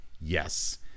Yes